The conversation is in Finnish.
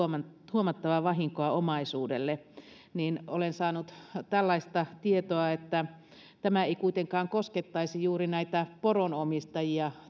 huomattavaa vahinkoa omaisuudelle niin olen saanut tällaista tietoa että tämä omaisuudensuoja ei kuitenkaan koskettaisi juuri näitä poronomistajia